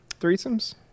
threesomes